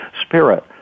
spirit